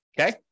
Okay